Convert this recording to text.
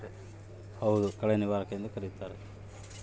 ಸಸ್ಯನಾಶಕಗಳು, ಸಾಮಾನ್ಯವಾಗಿ ಕಳೆ ನಿವಾರಕಗಳು ಎಂದೂ ಕರೆಯುತ್ತಾರೆ